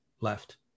left